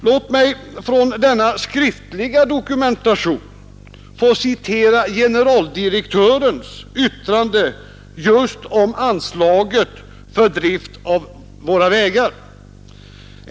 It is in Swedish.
Låt mig från denna skriftliga dokumentation få citera generaldirektörens yttrande just om anslaget för drift av våra vägar.